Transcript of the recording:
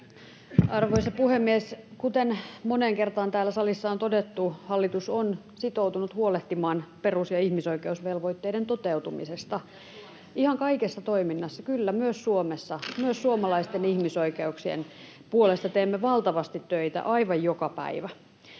Arvoisa puhemies! Kuten moneen kertaan täällä salissa on todettu, hallitus on sitoutunut huolehtimaan perus- ja ihmisoikeusvelvoitteiden toteutumisesta ihan kaikessa toiminnassa. [Leena Meri: Myös Suomessa?] — Kyllä, myös Suomessa, myös suomalaisten ihmisoikeuksien puolesta teemme valtavasti töitä aivan joka päivä.